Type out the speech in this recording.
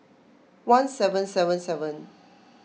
one seven seven seven